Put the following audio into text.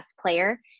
player